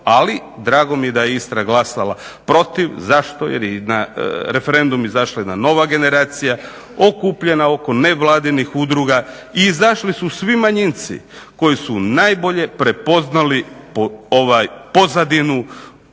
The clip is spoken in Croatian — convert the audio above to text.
ali drago mi je Istra glasala protiv. Zašto? Jer je na referendum izašla jedna nova generacija okupljena oko nevladinih udruga i izašli su svi manjinci koji su najbolje prepoznali pozadinu